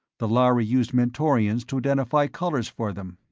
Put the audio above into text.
the lhari use mentorians to identify colors for them.